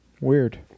Weird